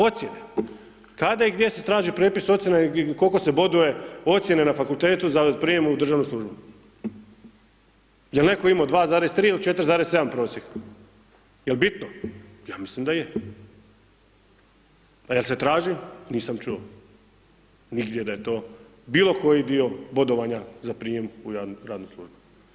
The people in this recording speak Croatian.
Ocjene kada i gdje se traži prijepis ocjena i koliko se boduje ocjene na fakultetu za prijem u državnu službu, jel netko imamo 2,3 ili 4,7 prosjek, jel bitno, ja mislim da je, a jel se traži, nisam čuo nigdje da je to bilo koji dio bodovanja za prijam u radnu službu.